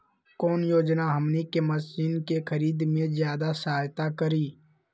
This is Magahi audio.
कौन योजना हमनी के मशीन के खरीद में ज्यादा सहायता करी?